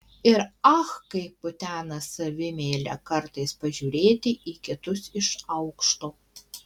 ir ach kaip kutena savimeilę kartais pažiūrėti į kitus iš aukšto